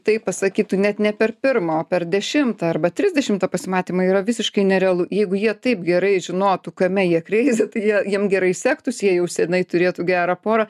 taip pasakytų net ne per pirmą o per dešimtą arba trisdešimtą pasimatymą yra visiškai nerealu jeigu jie taip gerai žinotų kame jie kreizi tai jie jiem gerai sektųsi jie jau senai turėtų gerą porą